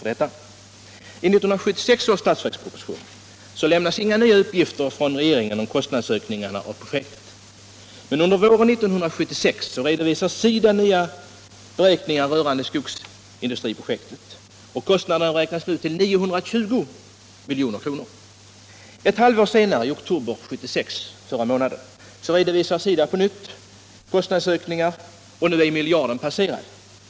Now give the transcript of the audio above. I 1976 års budgetproposition lämnas inga nya uppgifter från regeringen om kostnadsökningarna, men under våren 1976 redovisar SIDA nya beräkningar rörande skogsindustriprojektet. Kostnaderna beräknas nu till 920 milj.kr. Ett halvår senare — i okotober 1976, dvs. förra månaden —- redovisar SIDA på nytt kostnadsökningar, och nu är miljarden passerad.